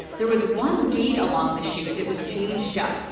there was one gate along the chute that was chained shut,